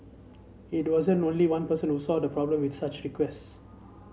it wasn't only one person who saw a problem with such requests